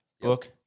book